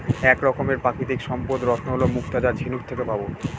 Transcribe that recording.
এক রকমের প্রাকৃতিক সম্পদ রত্ন হল মুক্তা যা ঝিনুক থেকে পাবো